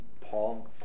Paul